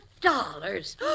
dollars